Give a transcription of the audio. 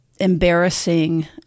embarrassing